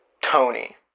Tony